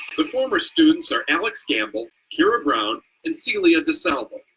the former students are alex campbell, kyra brown, and celia desalvo.